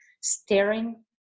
staring